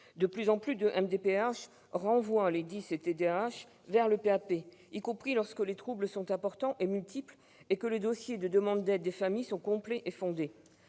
des personnes handicapées, renvoient les « dys » et TDAH vers le PAP, y compris lorsque les troubles sont importants et multiples et lorsque les dossiers de demande d'aide des familles sont complets et fondés.